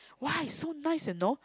why so nice you know